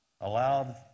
allowed